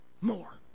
More